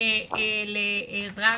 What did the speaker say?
לעזרה ראשונה,